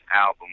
album